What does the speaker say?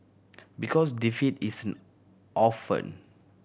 because defeat is an orphan